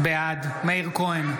בעד מאיר כהן,